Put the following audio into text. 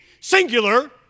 singular